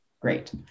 Great